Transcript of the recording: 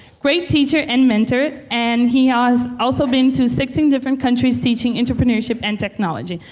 great teacher and mentor, and he has also been to sixteen different countries teaching entrepreneurship and technology.